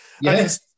Yes